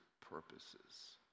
purposes